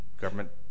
government